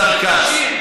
השר כץ.